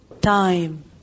time